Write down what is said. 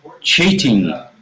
cheating